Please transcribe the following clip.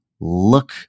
look